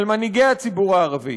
על מנהיגי הציבור הערבי.